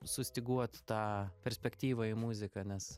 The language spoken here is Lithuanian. sustyguot tą perspektyvą į muziką nes